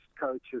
coaches